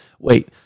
wait